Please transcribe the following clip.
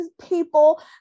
people